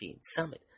Summit